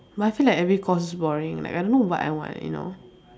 but I feel like every course is boring like I don't know what I want you know